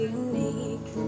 unique